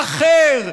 אחר,